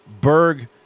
Berg